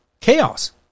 chaos